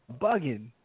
bugging